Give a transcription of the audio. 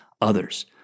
others